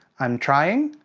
i'm trying.